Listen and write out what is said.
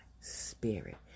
spirit